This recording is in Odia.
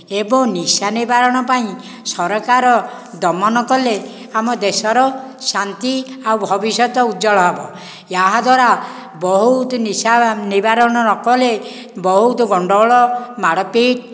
ଏଵଂ ନିଶା ନିବାରଣ ପାଇଁ ସରକାର ଦମନ କଲେ ଆମ ଦେଶର ଶାନ୍ତି ଆଉ ଭବିଷ୍ୟତ ଉଜ୍ବଳ ହେବ ଏହାଦ୍ଵାରା ବହୁତ ନିଶା ନିବାରଣ ନ କଲେ ବହୁତ ଗଣ୍ଡଗୋଳ ମାଡ଼ପିଟ